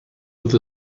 with